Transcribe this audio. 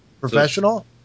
Professional